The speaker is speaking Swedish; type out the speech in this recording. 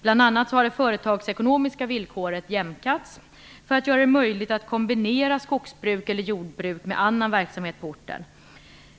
Bl.a. har det företagsekonomiska villkoret jämkats för att göra det möjligt att kombinera skogsbruk eller jordbruk med annan verksamhet på orten.